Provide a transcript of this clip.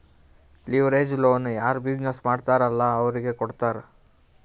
leverage loan ಯಾರ್ business ಮಾಡ್ತಾರ್ ಅಲ್ಲಾ ಅವ್ರಿಗೆ ಕೊಡ್ತಾರ್